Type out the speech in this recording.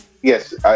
yes